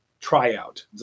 tryout